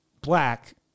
black